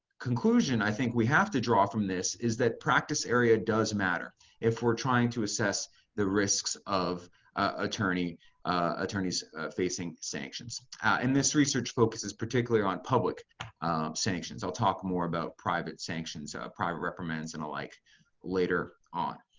conclusion i think we have to draw from this is that practice area does matter if we're trying to assess the risks of attorneys attorneys facing sanctions. and this research focuses particularly on public sanctions. i'll talk more about private sanctions, private reprimands, and the like later on.